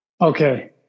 okay